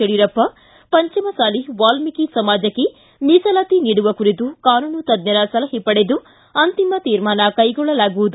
ಯಡಿಯೂರಪ್ಪ ಪಂಚಮಸಾಲಿ ವಾಲ್ಗೀಕಿ ಸಮಾಜಕ್ಕೆ ಮೀಸಲಾತಿ ನೀಡುವ ಕುರಿತು ಕಾನೂನು ತಜ್ಜರ ಸಲಹೆ ಪಡೆದು ಅಂತಿಮ ತೀರ್ಮಾನ ಕೈಗೊಳ್ಳಲಾಗುವುದು